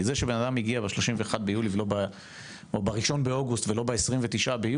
כי זה שבן אדם מגיע ב-31 ביולי או ב-1 באוגוסט ולא ב-29 ביולי